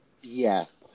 Yes